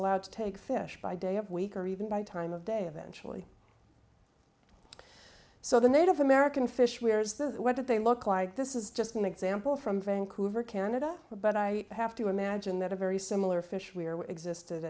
allowed to take fish by day of week or even by time of day eventually so the native american fish where's the what did they look like this is just an example from vancouver canada but i have to imagine that a very similar fish